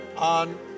on